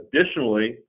Additionally